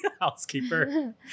housekeeper